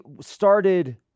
started